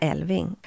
Elving